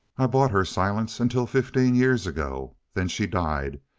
i bought her silence until fifteen years ago. then she died,